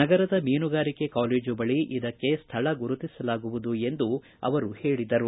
ನಗರದ ಮೀನುಗಾರಿಕೆ ಕಾಲೇಜು ಬಳಿ ಇದಕ್ಕೆ ಸ್ಥಳ ಗುರುತಿಸಲಾಗುವುದು ಎಂದು ಅವರು ಹೇಳಿದರು